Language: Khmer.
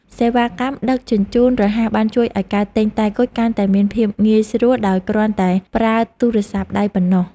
សេវាកម្មដឹកជញ្ជូនរហ័សបានជួយឱ្យការទិញតែគុជកាន់តែមានភាពងាយស្រួលដោយគ្រាន់តែប្រើទូរស័ព្ទដៃប៉ុណ្ណោះ។